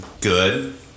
good